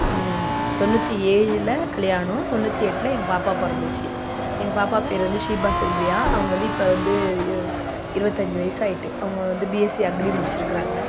தொண்ணூற்றி ஏழில் கல்யாணம் தொண்ணூற்றி எட்டில் எங்கள் பாப்பா பிறந்துச்சி எங்கள் பாப்பா பேர் வந்து ஷீபா செல்வியா அவங்க வந்து இப்போ வந்து இருபத்தஞ்சி வயது ஆகிட்டு அவங்க வந்து பிஎஸ்சி அக்ரி முடித்திருக்குறாங்க